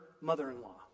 mother-in-law